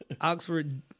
Oxford